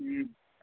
अं